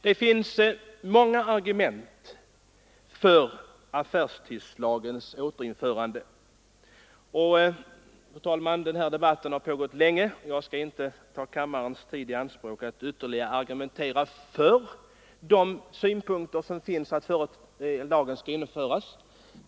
Det finns många argument för affärstidslagens återinförande. Men, fru talman, den här debatten har pågått länge och jag skall inte ta kammarens tid i anspråk genom att ytterligare argumentera för de synpunkter som finns för att lagen skall återinföras.